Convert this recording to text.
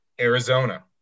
Arizona